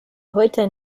heute